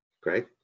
Great